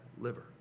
liver